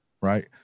right